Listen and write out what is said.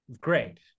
great